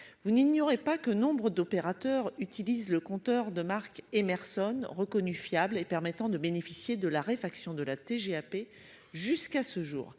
Vous n'ignorez pas que nombre d'opérateurs utilisent le compteur de Marc et Merson reconnu fiable et permettant de bénéficier de la réfraction de la TGAP jusqu'à ce jour